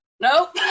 nope